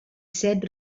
set